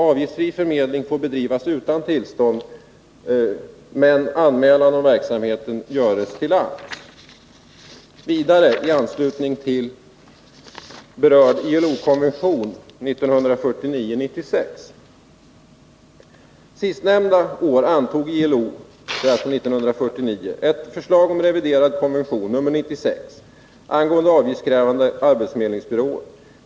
Avgiftsfri förmedling får bedrivas utan tillstånd men anmälan om verksamheten skall göras till AMS .” ”Sistnämnda år” — alltså 1949 — ”antog ILO ett förslag till reviderad konvention angående avgiftskrävande arbetsförmedlingsbyråer.